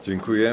Dziękuję.